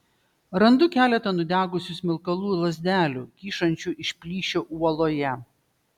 randu keletą nudegusių smilkalų lazdelių kyšančių iš plyšio uoloje